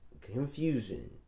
confusion